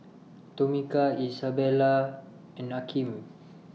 Tomika Isabella and Akeem